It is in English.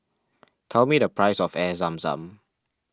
tell me the price of Air Zam Zam